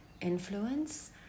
influence